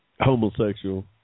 Homosexual